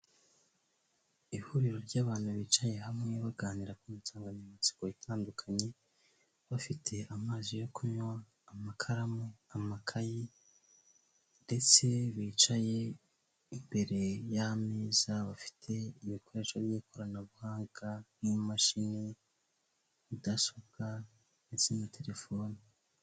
Ihuriro ry'bantu bicaye hamwe baganira ku nsanganyamatsiko itandukanye, bafite amazi yo kunywa amakaramu, amakayi, ndetse bicaye imbere y'ameza bafite ibikoresho by'ikoranabuhanga nk'imashini, mudasobwa ndetse na telefone.